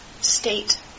state